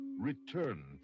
Return